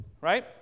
right